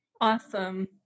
Awesome